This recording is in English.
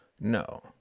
No